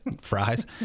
fries